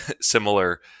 similar